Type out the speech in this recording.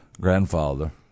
grandfather